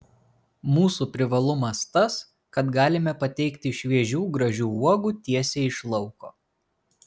mūsų privalumas tas kad galime pateikti šviežių gražių uogų tiesiai iš lauko